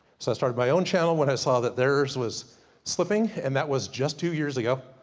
so i started my own channel, when i saw that there's was slipping. and that was just two years ago.